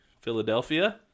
philadelphia